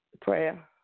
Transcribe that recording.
Prayer